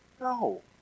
No